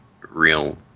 real